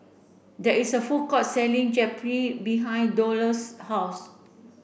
there is a food court selling Japchae behind Delos' house